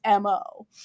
MO